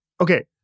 okay